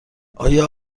آیا